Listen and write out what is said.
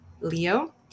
Leo